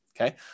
okay